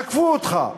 תקפו אותך,